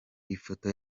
ifoto